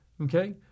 okay